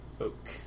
Oak